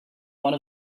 one